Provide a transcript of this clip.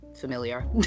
familiar